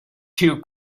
too